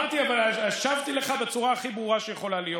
לא, לא, השבתי לך בצורה הכי ברורה שיכולה להיות.